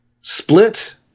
Split